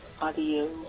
audio